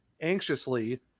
anxiously